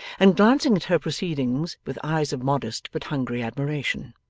and glancing at her proceedings with eyes of modest but hungry admiration.